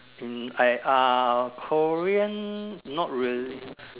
hmm I uh Korean not really